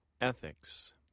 ethics